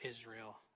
Israel